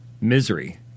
Misery